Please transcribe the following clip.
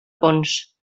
pons